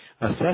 assess